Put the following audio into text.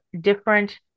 different